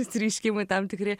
išsireiškimai tam tikri